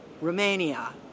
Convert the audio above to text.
Romania